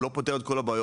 הוא לא פותר את כל הבעיות,